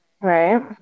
Right